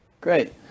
Great